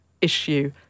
issue